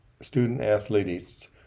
student-athletes